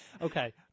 okay